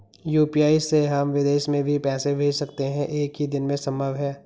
UPI से हम विदेश में भी पैसे भेज सकते हैं एक ही दिन में संभव है?